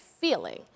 feeling